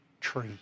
tree